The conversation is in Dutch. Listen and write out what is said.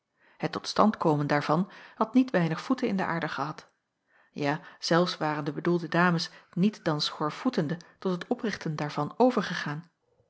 het tot stand komen daarvan had niet weinig voeten in de aard gehad ja zelfs waren de bedoelde dames niet dan schoorvoetende tot het oprichten daarvan overgegaan